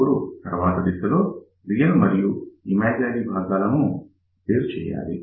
ఇప్పుడు తరువాతి దశలో రియల్ మరియు ఇమాజినరీ భాగాలను వేరు చేయాలి